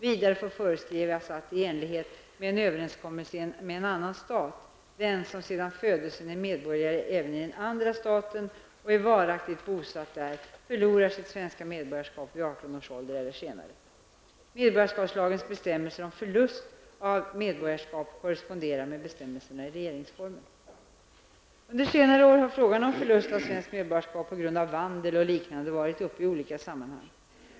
Vidare får föreskrivas att, i enlighet med en överenskommelse med en annan stat, den som sedan födelsen är medborgare även i den andra staten och är varaktigt bosatt där förlorar sitt svenska medborgarskap vid 18 års ålder eller senare. Under senare år har frågan om förlust av svenskt medborgarskap på grund av vandel och liknande varit upp i olika sammanhang.